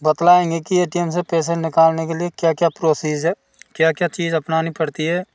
बतलाएंगे कि A T M से पैसे निकालने के लिए क्या क्या प्रोसेस है क्या क्या चीज अपनानी पड़ती है